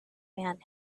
man